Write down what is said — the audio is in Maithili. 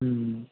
हूँ